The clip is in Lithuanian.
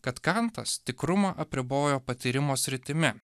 kad kantas tikrumą apribojo patyrimo sritimi